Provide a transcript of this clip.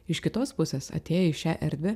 iš kitos pusės atėję į šią erdvę